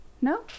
No